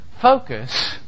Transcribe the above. focus